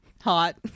Hot